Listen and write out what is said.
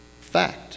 Fact